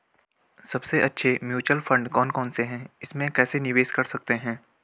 सबसे अच्छे mutual fund कौन कौनसे हैं इसमें कैसे निवेश कर सकते हैं?